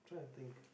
try to think